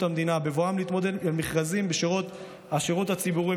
המדינה בבואם להתמודד על מכרזים ומשרות בשירות הציבורי,